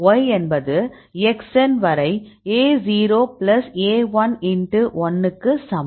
y என்பது xn வரை a0 plus a1 x1 க்கு சமம்